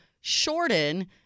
Shorten